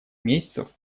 месяцев